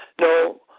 No